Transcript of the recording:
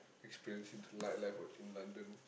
expensive night life [what] in London